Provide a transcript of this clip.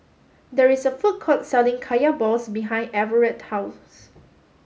there is a food court selling Kaya balls behind Everet's house